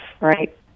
right